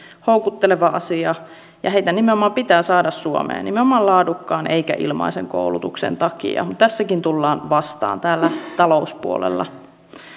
houkutteleva asia heitä nimenomaan pitää saada suomeen nimenomaan laadukkaan eikä ilmaisen koulutuksen takia tässäkin tullaan vastaan täällä talouspuolella